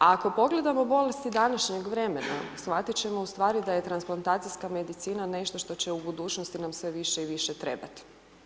Ako pogledamo bolesti današnjeg vremena, shvatiti ćemo ustvari da je transplantacijska medicina, nešto što će u budućnosti nam sve više i više trebati.